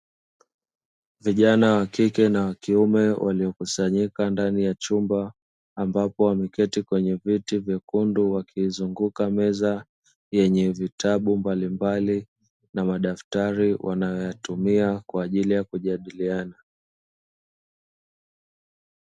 Vijana wa kike na kiume waliokusanyika ndani ya chumba ambapo ameketi kwenye viti vyekundu wakizunguka meza yenye vitabu mbalimbali na madaftari wanayoyatumia kwa ajili ya kujadiliana.